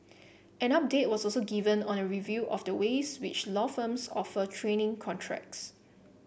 an update was also given on a review of the ways which law firms offer training contracts